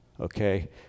Okay